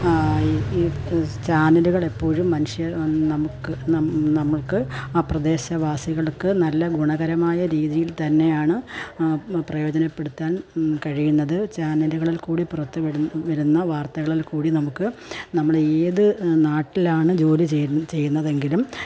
ചാനലുകളെപ്പോഴും മനുഷ്യ നമുക്ക് നമ്മൾക്ക് അ പ്രദേശവാസികൾക്ക് നല്ല ഗുണകരമായ രീതിയിൽതന്നെയാണ് പ്രയോജനപ്പെടുത്താൻ കഴിയുന്നത് ചാനലുകളിൽകൂടി പുറത്ത് വിടു വരുന്ന വർത്തകളിൽകൂടി നമുക്ക് നമ്മളേത് നാട്ടിലാണ് ജോലി ചെയ്യ് ചെയ്യുന്നതെങ്കിലും